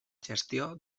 gestió